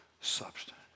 substance